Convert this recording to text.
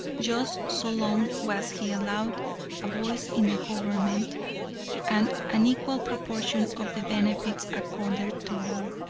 just so long was he allowed a voice in the government and an equal proportion of the benefits accorded to all.